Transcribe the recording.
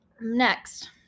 next